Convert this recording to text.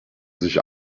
sich